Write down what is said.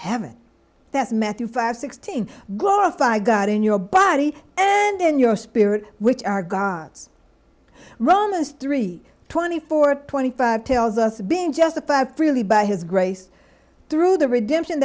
heaven that matthew five sixteen glorify god in your body and in your spirit which are god's romans three twenty four twenty five tells us been justified freely by his grace through the redemption